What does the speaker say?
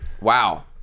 Wow